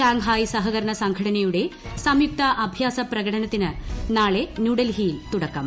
ന് ഷാങ്ഹായ് സഹകരണ സംഘടനയുടെ സംയുക്ത അഭ്യാസപ്രകടനത്തിന് നാളെ ന്യൂഡൽഹിയിൽ തുടക്കം